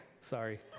Sorry